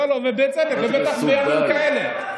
לא, לא, ובצדק, ובטח בימים כאלה.